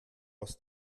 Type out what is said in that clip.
aus